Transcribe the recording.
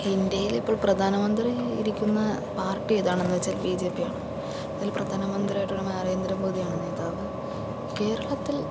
ഇന്ത്യയിലിപ്പോൾ പ്രധാനമന്ത്രി ഇരിക്കുന്ന പാർട്ടി ഏതാണെന്നു വച്ചാൽ ബി ജെ പിയാണ് അതിൽ പ്രധാനമന്ത്രി ആയിട്ടുള്ള നരേന്ദ്രമോദിയാണ് നേതാവ് കേരളത്തിൽ